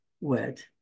word